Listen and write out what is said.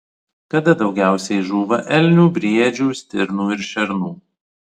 kada daugiausiai žūva elnių briedžių stirnų ir šernų